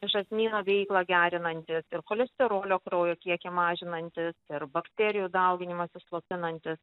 žarnyno veiklą gerinantis ir cholesterolio kraujo kiekį mažinantis ir bakterijų dauginimąsi slopinantis